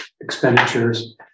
expenditures